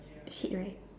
shit right